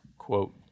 Quote